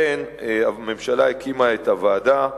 הממשלה הקימה את הוועדה,